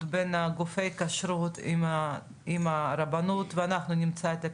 בין גופי הכשרות עם הרבנות ואנחנו נמצא את הפתרונות.